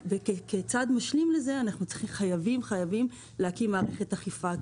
וכצעד משלים לזה אנחנו חייבים-חייבים להקים מערכת אכיפה,